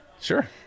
Sure